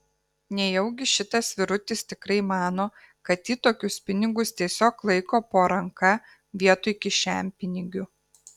nejaugi šitas vyrutis tikrai mano kad ji tokius pinigus tiesiog laiko po ranka vietoj kišenpinigių